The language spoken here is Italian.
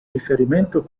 riferimento